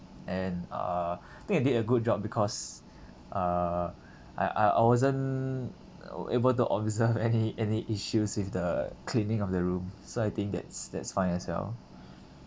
and uh think they did a good job because uh I I I wasn't able to observe any any issues with the cleaning of the room so I think that's that's fine as well